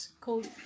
called